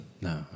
no